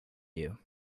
you